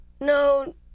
no